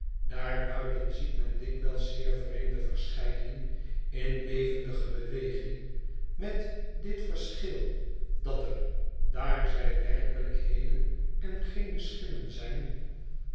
heentrekt daarbuiten ziet men dikwijls zeer vreemde verschijningen in levendige beweging met dit verschil dat er daar zij werkelijkheden en geene schimmen zijn